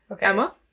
emma